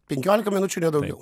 penkiolika minučių ne daugiau